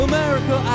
America